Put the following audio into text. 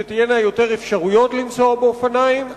שתהיינה יותר אפשרויות לנסוע באופניים,